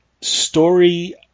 story